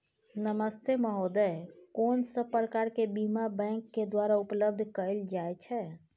नमस्ते महोदय, कोन सब प्रकार के बीमा बैंक के द्वारा उपलब्ध कैल जाए छै?